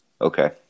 Okay